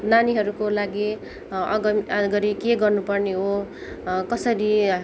नानीहरूको लागि आगमी अगाडि के गर्नु पर्ने हो कसरी